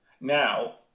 Now